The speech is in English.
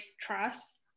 trust